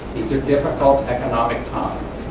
these are difficult economic times,